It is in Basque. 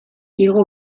igo